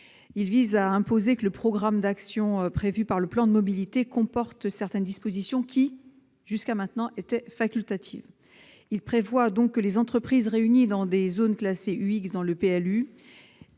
tend à imposer que le programme d'actions prévu par le plan de mobilité comporte certaines dispositions jusqu'à présent facultatives. Il prévoit également que les entreprises situées dans des zones classées UX dans le PLU